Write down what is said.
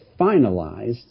finalized